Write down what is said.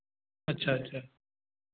अच्छा अच्छा